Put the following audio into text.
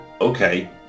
okay